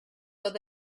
oedd